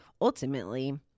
ultimately